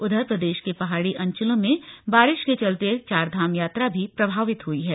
उधर प्रदेश के पहाड़ी अंचलों में बारिश के चलते चारधाम यात्रा भी प्रभावित हुई है